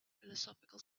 philosophical